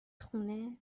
خونه